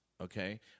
Okay